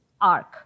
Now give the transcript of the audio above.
arc